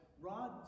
rod